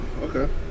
Okay